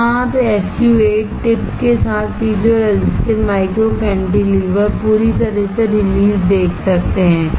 यहां आप SU 8 tip के साथ पीजों रेजिस्टिव माइक्रो कैंटीलेवर पूरी तरह से रिलीज देख सकते हैं